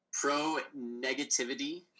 pro-negativity